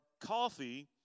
coffee